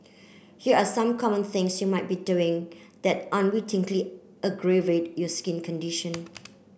here are some common things you might be doing that unwittingly aggravate you skin condition